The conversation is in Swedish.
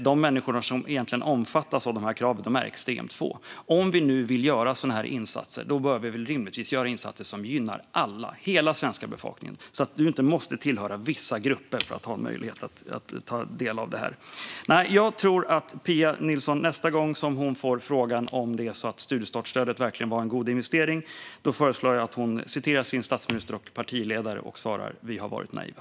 De människor som egentligen omfattas här är väldigt få. Om vi vill göra insatser som dessa borde vi rimligtvis vilja göra insatser som gynnar alla, hela den svenska befolkningen, så att man inte måste tillhöra vissa grupper för att ha möjlighet att ta del av något. Nästa gång Pia Nilsson får frågan om hon tycker att studiestartsstödet verkligen var en god investering föreslår jag att hon citerar sin statsminister och partiledare och svarar: Vi har varit naiva.